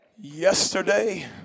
Yesterday